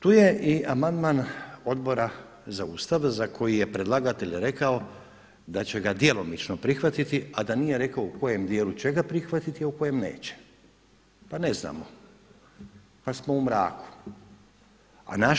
Tu je i amandman Odbora za Ustav za koji je predlagatelj rekao da će ga djelomično prihvatiti, a da nije rekao u kojem dijelu će ga prihvatiti, a u kojem neće pa ne znamo pa smo u mraku.